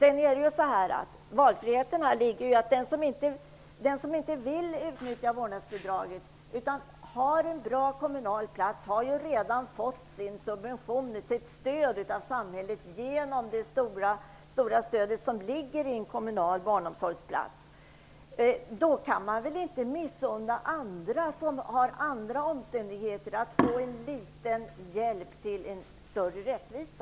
I valfriheten ligger också att den som inte vill utnyttja vårdnadsbidraget utan har en bra kommunal plats ju redan har fått sin subvention, sitt stöd av samhället, i och med det stora stöd som går till en kommunal barnomsorgsplats. Då kan man väl inte missunna andra, med andra förhållanden, möjligheten att få en liten hjälp, så att vi uppnår en större rättvisa?